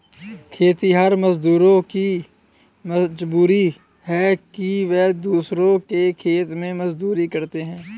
खेतिहर मजदूरों की मजबूरी है कि वे दूसरों के खेत में मजदूरी करते हैं